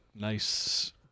nice